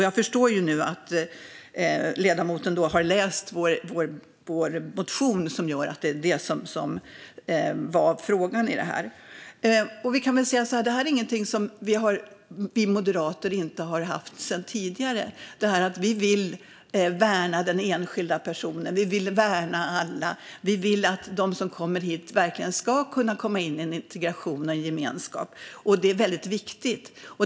Jag förstår nu att ledamoten har läst vår motion och att det är det som är frågan i detta. Det här är ingenting som vi moderater inte har haft sedan tidigare. Vi vill värna den enskilda personen och alla. Vi vill att de som kommer hit verkligen ska kunna komma in i en integration och en gemenskap. Det är väldigt viktigt.